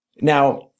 Now